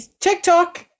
TikTok